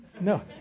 No